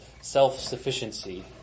self-sufficiency